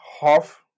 half